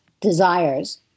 desires